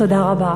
תודה רבה.